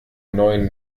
neuen